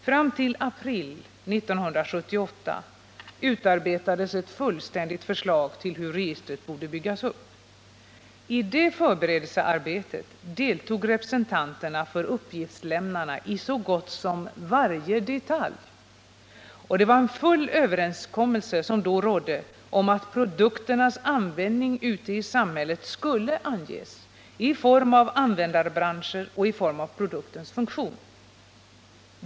Fram till april 1978 utarbetades ett fullständigt förslag till hur registret borde byggas upp. I det arbetet deltog representanterna för uppgiftslämnarna i så gott som varje detalj. Full överensstämmelse rådde då om att produkternas användning ute i samhället skulle anges i form av användarbranscher och i form av produktens funktion.